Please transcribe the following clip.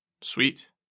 Sweet